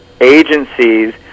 agencies